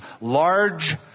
large